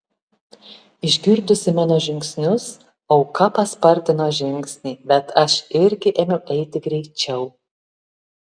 išgirdusi mano žingsnius auka paspartino žingsnį bet aš irgi ėmiau eiti greičiau